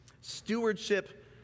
Stewardship